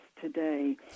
today